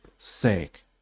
sake